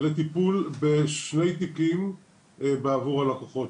בשבט תשפ"ב, יום המשפחה.